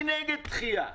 אני נגד דחייה.